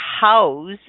house